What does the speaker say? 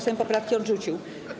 Sejm poprawki odrzucił.